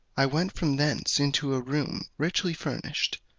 i went from thence into a room richly furnished,